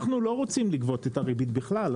אנחנו לא רוצים לגבות את הריבית בכלל,